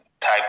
type